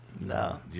No